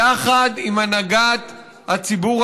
אין הגשת כתבי אישום,